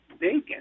bacon